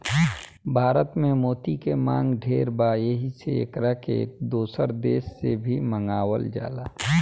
भारत में मोती के मांग ढेर बा एही से एकरा के दोसर देश से भी मंगावल जाला